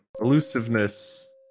elusiveness